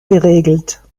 geregelt